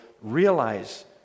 realize